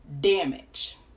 damage